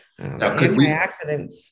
Antioxidants